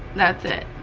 that's it